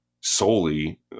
solely